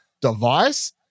device